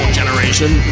generation